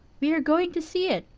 we are going to see it.